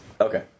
Okay